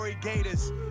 Gators